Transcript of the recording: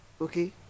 Okay